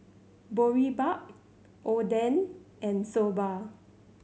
Boribap Oden and Soba